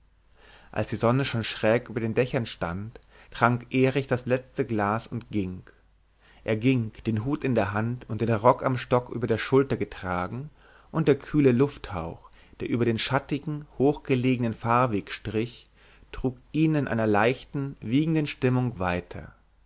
als die sonne schon schräg über den dächern stand trank erich das letzte glas und ging er ging den hut in der hand und den rock am stock über der schulter getragen und der kühle lufthauch der über den schattigen hochgelegenen fahrweg strich trug ihn in einer leichten wiegenden stimmung weiter